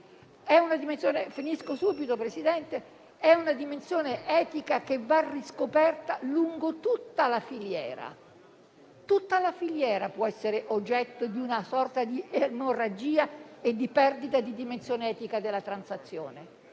di una dimensione etica che va riscoperta lungo tutta la filiera, che può essere oggetto di una sorta di emorragia e di perdita di dimensione etica della transazione.